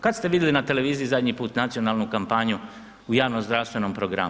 Kada ste vidjeli na televiziji zadnji put nacionalnu kampanju u javnozdravstvenom programu?